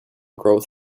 growth